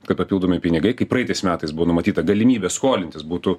kad papildomi pinigai kaip praeitais metais buvo numatyta galimybė skolintis būtų